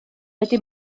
wedi